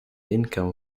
income